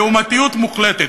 לעומתיות מוחלטת,